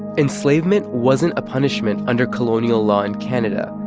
enslavement wasn't a punishment under colonial law in canada.